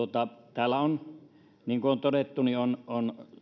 täällä on niin kuin on todettu